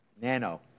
Nano